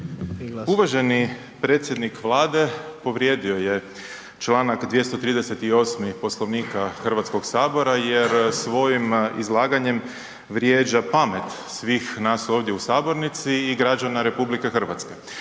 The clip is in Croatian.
Uvaženi predsjednik Vlade povrijedio je članak 238. Poslovnika Hrvatskog sabora jer svojim izlaganjem vrijeđa pamet svih nas ovdje u sabornici i građana RH.